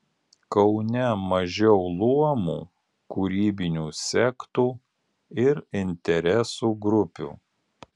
kaune mažiau luomų kūrybinių sektų ir interesų grupių